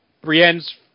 Brienne's